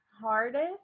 hardest